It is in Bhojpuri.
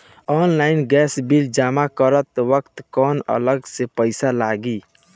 ऑनलाइन गैस बिल जमा करत वक्त कौने अलग से पईसा लागी?